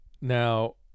now